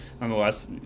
nonetheless